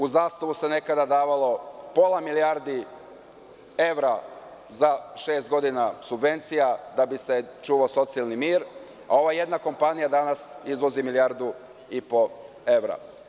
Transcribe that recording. U „Zastavu“ se nekada davalo pola milijardi evra za šest godina subvencija da bi se čuvao socijalni mir, a ova jedna kompanija iznosi danas milijardu i po evra.